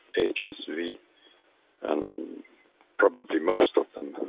hsv and probably most of them.